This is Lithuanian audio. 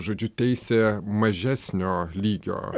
žodžiu teisė mažesnio lygio